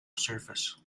surface